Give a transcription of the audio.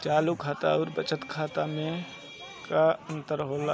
चालू खाता अउर बचत खाता मे का अंतर होला?